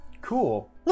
Cool